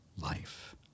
life